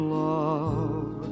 love